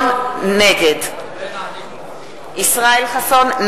נגד ישראל חסון,